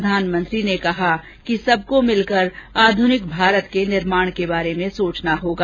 प्रधानमंत्री ने कहा कि सबको मिलकर आधुनिक भारत के निर्माण के बारे में सोचना होगा